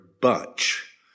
bunch